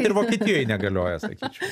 ir vokietijoj negalioja sakyčiau